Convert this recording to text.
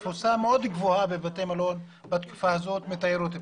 יש תפוסה מאוד גבוהה בבתי המלון מתיירות פנים.